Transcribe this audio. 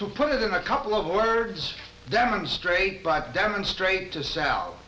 to put it in a couple of words demonstrate but demonstrate to s